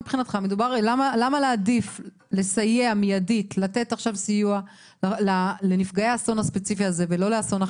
למה להעדיף לתת סיוע מיידית לנפגעי האסון הספציפי הזה ולא לאסון אחר?